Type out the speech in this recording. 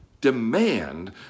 demand